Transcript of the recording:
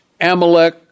Amalek